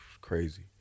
Crazy